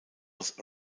was